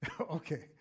Okay